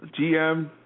GM